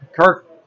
Kirk